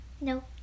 No